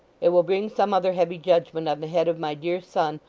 it will bring some other heavy judgement on the head of my dear son,